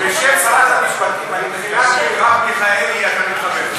בשם שרת המשפטים, מרב מיכאלי, איך זה מתחבר.